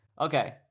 Okay